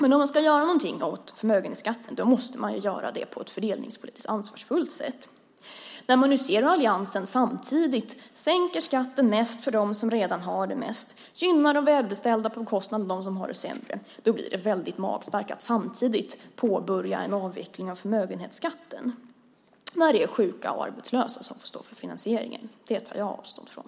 Men om man ska göra någonting åt förmögenhetsskatten så måste man göra det på ett fördelningspolitiskt ansvarsfullt sätt. När man nu ser att alliansen samtidigt sänker skatten mest för dem som redan har mest och gynnar de välbeställda på bekostnad av dem som har det sämre är det väldigt magstarkt att samtidigt påbörja en avveckling av förmögenhetsskatten när det är sjuka och arbetslösa som får stå för finansieringen. Det tar jag avstånd från.